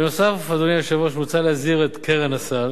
בנוסף, אדוני היושב-ראש, מוצע להסדיר את קרן הסל.